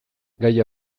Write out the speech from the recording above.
gaia